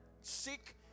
seek